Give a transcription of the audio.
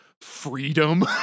freedom